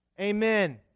Amen